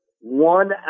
one